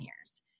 years